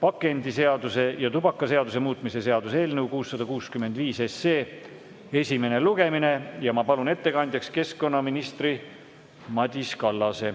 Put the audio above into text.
pakendiseaduse ja tubakaseaduse muutmise seaduse eelnõu 665 esimene lugemine. Ma palun ettekandjaks keskkonnaminister Madis Kallase.